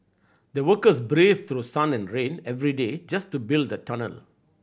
the workers braved through sun and rain every day just to build the tunnel